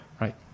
Right